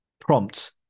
prompt